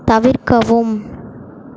தவிர்க்கவும்